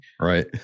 Right